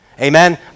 Amen